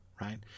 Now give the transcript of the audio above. right